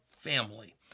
family